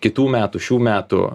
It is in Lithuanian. kitų metų šių metų